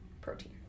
protein